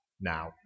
now